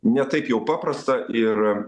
ne taip jau paprasta ir